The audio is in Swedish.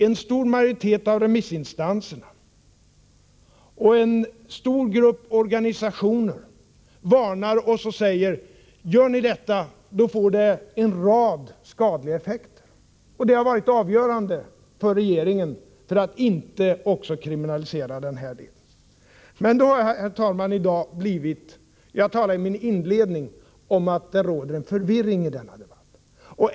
En stor majoritet av remissinstanserna och en stor grupp organisationer har däremot varnat och sagt: Gör ni detta, får det en rad skadliga effekter. Detta har varit avgörande för att regeringen inte har lagt fram ett förslag om kriminalisering av denna grupp. Jag talade i inledningen om att det råder förvirring i debatten.